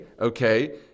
okay